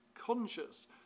conscious